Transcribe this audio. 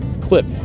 clip